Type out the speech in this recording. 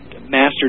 master